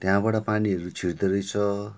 त्यहाँबाट पानीहरू छिर्दो रहेछ